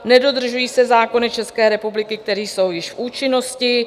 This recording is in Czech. Nedodržují se zákony České republiky, které jsou již v účinnosti.